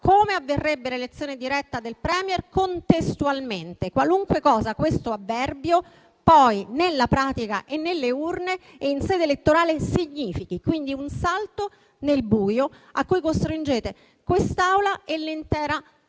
Come avverrebbe l'elezione diretta del *Premier*? «Contestualmente», qualunque cosa questo avverbio, poi, nella pratica, nelle urne e in sede elettorale, significhi. È un salto nel buio, quindi, a cui costringete questa Assemblea e l'intera